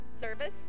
service